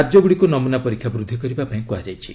ରାଜ୍ୟଗୁଡ଼ିକୁ ନମୁନା ପରୀକ୍ଷା ବୃଦ୍ଧି କରିବା ପାଇଁ କୁହାଯାଇଛି